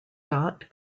dot